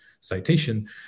citation